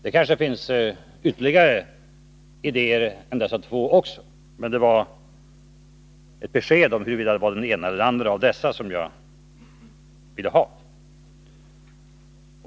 Det kanske finns ytterligare idéer än dessa två, men det var ett besked om huruvida det var den ena eller andra av dessa som jag ville ha.